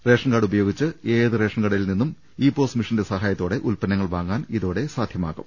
ration card ഉപയോഗിച്ച് ഏത് ration കടയിൽനിന്നും ഇ പോസ് മെഷീന്റെ സഹായത്തോടെ ഉല്പന്നങ്ങൾ വാങ്ങാൻ ഇതോടെ സാധ്യമാകും